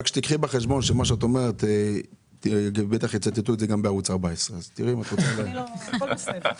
רק תיקחי בחשבון שמה שאת אומרת בטח יצטטו גם בערוץ 14. הכול בסדר.